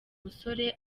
musore